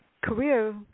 career